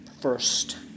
first